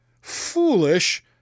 foolish